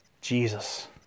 Jesus